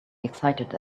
excited